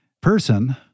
person